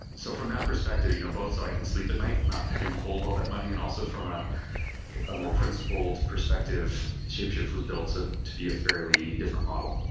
so from that perspective, you know both, so i can sleep at night not having to hold all that money. and also, from ah a more principled perspective, shapeshift was built to to be a fairly different model.